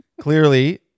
clearly